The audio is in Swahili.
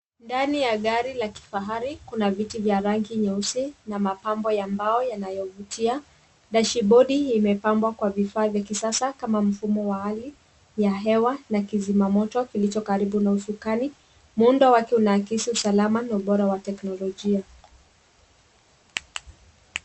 Ndani ya gari la kifahari kuna viti ya rangi nyeusi na mapambo ya mbao yanayovutia. Dashibodi imepambwa kwa vifaa vya kisasa kama mfumo wa hali ya hewa na kizima moto kilicho karibu na usukani. Muundo wake unaakisi usalama wa teknolojia.